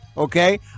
Okay